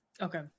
Okay